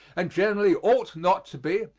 and generally ought not to be,